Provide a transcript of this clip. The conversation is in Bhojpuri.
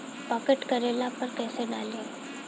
पॉकेट करेला पर कैसे डाली?